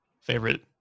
favorite